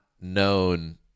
known